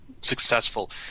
successful